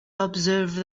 observe